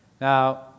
Now